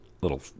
little